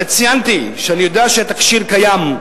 הרי ציינתי שאני יודע שהתקשי"ר קיים.